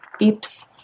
beeps